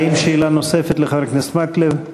האם יש שאלה נוספת לחבר הכנסת מקלב?